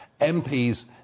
MPs